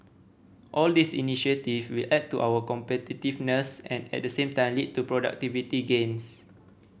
all these initiative will add to our competitiveness and at the same time lead to productivity gains